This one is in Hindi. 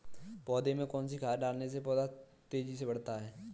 पौधे में कौन सी खाद डालने से पौधा तेजी से बढ़ता है?